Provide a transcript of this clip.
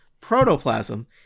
Protoplasm